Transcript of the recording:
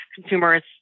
consumers